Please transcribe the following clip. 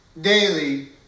daily